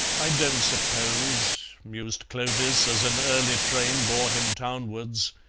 i don't suppose, mused clovis, as an early train bore him townwards,